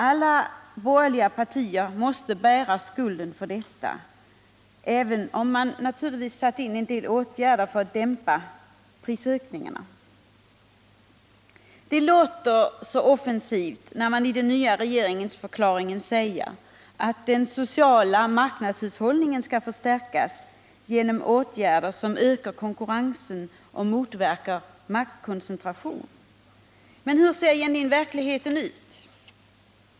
Alla borgerliga partier måste bära skulden för detta, även om man satt in en del åtgärder för att dämpa Det låter så offensivt när man i den nya regeringsförklaringen säger att den sociala marknadshushållningen skall förstärkas genom åtgärder som ökar konkurrensen och motverkar maktkoncentration. Men hur ser verkligheten ut?